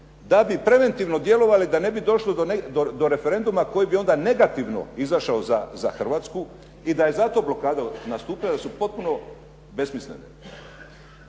da bi preventivno djelovali da ne bi došlo do referenduma koji bi onda negativno izašao za Hrvatsku i da je zato blokada nastupila, jer su potpuno besmislene.